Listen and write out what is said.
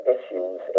Issues